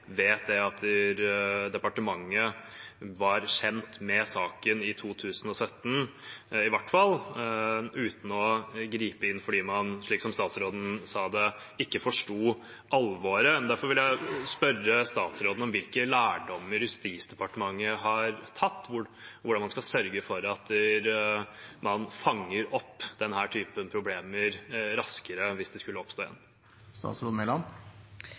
vet at departementet var kjent med saken i 2017, i hvert fall, uten å gripe inn fordi man, slik som statsråden sa det, ikke forsto alvoret. Derfor vil jeg spørre statsråden: Hvilke lærdommer har Justisdepartementet tatt, og hvordan skal man sørge for at man fanger opp denne typen problemer raskere hvis de skulle oppstå